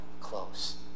close